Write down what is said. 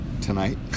tonight